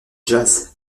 jazz